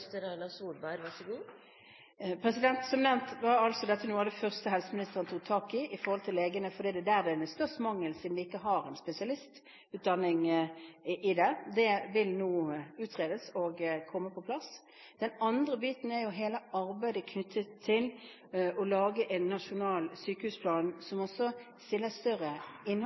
Som nevnt var dette noe av det første som helseministeren tok tak i angående legene, for det er der det er størst mangel siden man ikke har en spesialistutdanning. Det vil nå utredes og komme på plass. Den andre biten er hele arbeidet knyttet til å lage en nasjonal sykehusplan som stiller større krav til innhold,